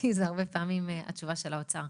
כי זו הרבה פעמים התשובה של האוצר.